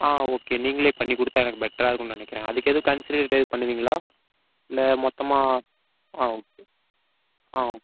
ஆ okay நீங்களே பண்ணிக்கொடுத்தா எனக்கு பெட்டராக இருக்கும்னு நினைக்குறேன் அதுக்கு எதும் கன்சிடர் பண்ணுவீங்களா இல்லை மொத்தமாக ஆ ஓகே